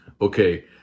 Okay